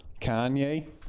Kanye